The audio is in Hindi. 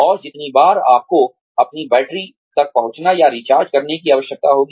और जितनी बार आपको अपनी बैटरी तक पहुंचने या रिचार्ज करने की आवश्यकता होगी